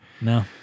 No